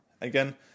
again